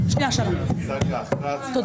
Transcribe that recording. מי נמנע?